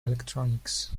electronics